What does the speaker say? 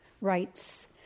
rights